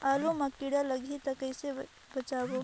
आलू मां कीड़ा लाही ता कइसे बचाबो?